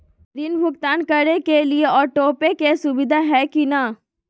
ऋण भुगतान करे के लिए ऑटोपे के सुविधा है की न?